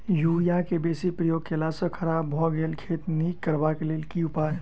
Urea केँ बेसी प्रयोग केला सऽ खराब भऽ गेल खेत केँ नीक करबाक लेल की उपाय?